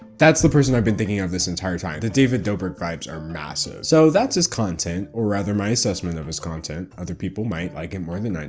that's the person i've been thinking of this entire time. the david dobrik vibes are massive. so, that's his content, or rather, my assessment of his content. other people might like it more than i